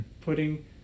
putting